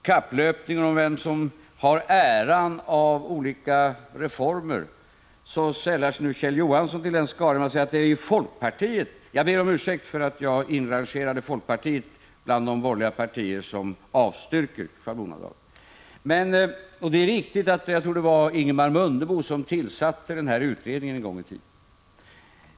Kjell Johansson sällar sig nu till den skara som är med i kapplöpningen om vem som har äran av olika reformer. Låt mig här be om ursäkt för att jag inrangerade folkpartiet bland de borgerliga partier som avstyrker ändringen av schablonavdraget. Jag tror det är riktigt att det var Ingemar Mundebo som en gång i tiden tillsatte en utredning på det här området.